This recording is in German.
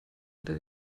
unter